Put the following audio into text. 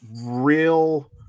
real